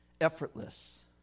Effortless